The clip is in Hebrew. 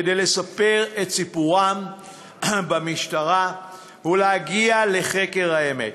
כדי לספר את סיפורם במשטרה ולהגיע לחקר האמת.